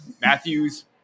Matthews